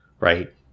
right